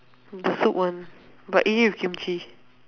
the soup one but eat it with kimchi